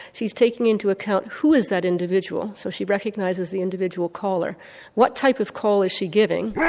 she is taking into account who is that individual, so she recognises the individual caller what type of call is she giving, yeah